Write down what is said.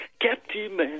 Captain